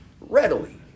readily